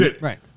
Right